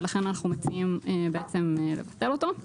ולכן אנחנו מציעים בעצם לבטל אותו.